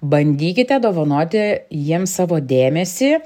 bandykite dovanoti jiem savo dėmesį